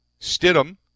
Stidham